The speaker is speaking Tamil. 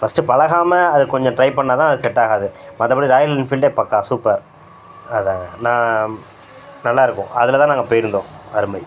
ஃபர்ஸ்ட்டு பழகாம அது கொஞ்சம் ட்ரைப் பண்ணால் தான் அது செட் ஆகாது மற்றபடி ராயல் என்ஃபீல்டே பக்கா சூப்பர் அதாங்க நான் நல்லாயிருக்கும் அதில் தான் நாங்கள் போயிருந்தோம் அருமை